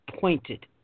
pointed